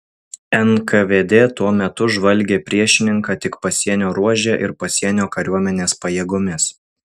nkvd tuo metu žvalgė priešininką tik pasienio ruože ir pasienio kariuomenės pajėgomis